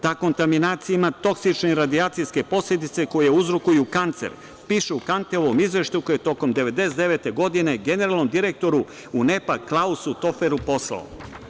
Ta kontaminacija ima toksične i radijacijske posledice koje uzrokuju kancer, piše u Kanteovom izveštaju koji je tokom 1999. godine, generalnom direktoru UNEP-a Klausu Toferu poslao.